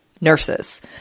nurses